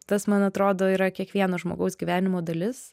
tas man atrodo yra kiekvieno žmogaus gyvenimo dalis